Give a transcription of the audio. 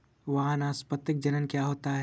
वानस्पतिक जनन क्या होता है?